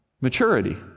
maturity